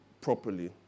properly